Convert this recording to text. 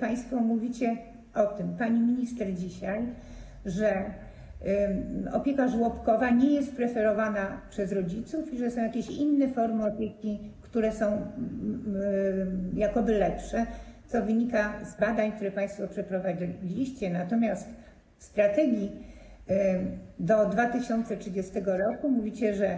Państwo mówicie o tym, pani minister dzisiaj, że opieka żłobkowa nie jest preferowana przez rodziców i że są jakieś inne formy opieki, które są jakoby lepsze, co wynika z badań, które państwo przeprowadziliście, natomiast w strategii do 2030 r. mówicie, że